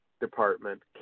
Department